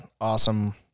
awesome